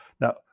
Now